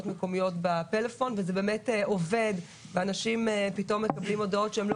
מקומיות בטלפון וזה באמת עובד ואנשים פתאום מקבלים הודעות שהם לא